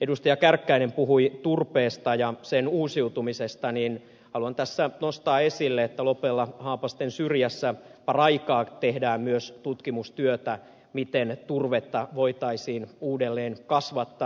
kärkkäinen puhui turpeesta ja sen uusiutumisesta niin haluan tässä nostaa esille että lopella haapastensyrjässä paraikaa tehdään myös tutkimustyötä siitä miten turvetta voitaisiin uudelleen kasvattaa